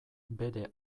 bere